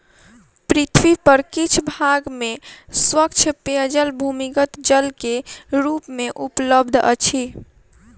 पृथ्वी पर किछ भाग में स्वच्छ पेयजल भूमिगत जल के रूप मे उपलब्ध अछि